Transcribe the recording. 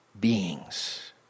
beings